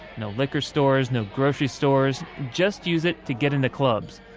no liquor stores. no grocery stores. just use it to get into clubs.